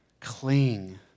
cling